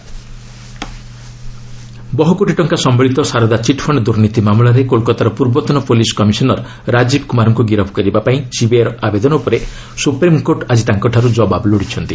SC Rajeev Kumar ବହୁ କୋଟି ଟଙ୍କା ସମ୍ଭଳିତ ସାରଦା ଚିଟ୍ଫଶ୍ଡ ଦୁର୍ନୀତି ମାମଲାରେ କୋଲକାତାର ପୂର୍ବତନ ପୁଲିସ୍ କମିଶନର ରାଜୀବ କୁମାରଙ୍କୁ ଗିରଫ୍ କରିବା ପାଇଁ ସିବିଆଇର ଆବେଦନ ଉପରେ ସୁପ୍ରିମ୍କୋର୍ଟ ଆଜି ତାଙ୍କଠାରୁ ଜବାବ ଲୋଡ଼ିଛନ୍ତି